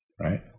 Right